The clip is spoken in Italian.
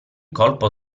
colpo